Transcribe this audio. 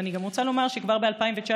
ואני גם רוצה לומר שכבר ב-2019,